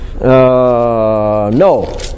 No